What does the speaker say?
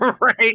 Right